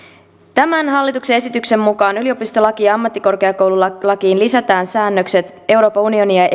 tämän hallituksen esityksen mukaan yliopistolakiin ja ammattikorkeakoululakiin lisätään säännökset euroopan unionin ja